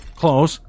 close